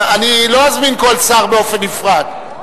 אני לא אזמין כל שר באופן נפרד.